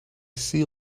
see